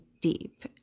deep